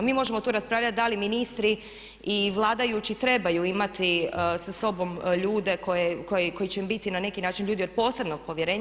Mi možemo tu raspravljati da li ministri i vladajući trebaju imati sa sobom ljude koji će im biti na neki način ljudi od posebnog povjerenja.